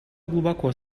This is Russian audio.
глубоко